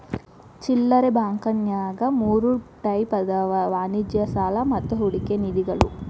ಚಿಲ್ಲರೆ ಬಾಂಕಂನ್ಯಾಗ ಮೂರ್ ಟೈಪ್ ಅದಾವ ವಾಣಿಜ್ಯ ಸಾಲಾ ಮತ್ತ ಹೂಡಿಕೆ ನಿಧಿಗಳು